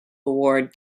award